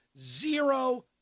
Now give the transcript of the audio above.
zero